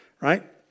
right